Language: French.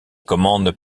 commandes